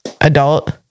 Adult